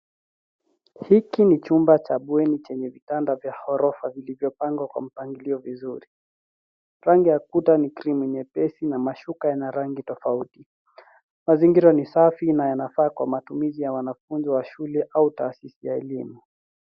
Hiki ni chumba cha bweni chenye vitanda vya ghorofa vilivyopangwa kwa mpanglio vizuri. Rangi ya kuta ni krimu nyepesi na mashuka yana rangi tofauti. Mazingira ni safi na yanafaa kwa matumizi ya wanafunzi wa shule au taasisi ya elimu.